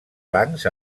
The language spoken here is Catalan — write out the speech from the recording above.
blancs